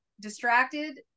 distracted